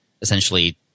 essentially